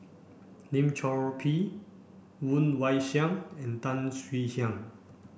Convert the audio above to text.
Lim Chor Pee Woon Wah Siang and Tan Swie Hian